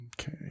Okay